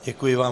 Děkuji vám.